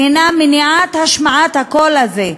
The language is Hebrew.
שהיא מניעת השמעת הקול הזה,